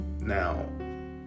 Now